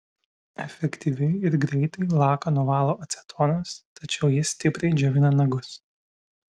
efektyviai ir greitai laką nuvalo acetonas tačiau jis stipriai džiovina nagus